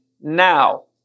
now